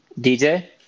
DJ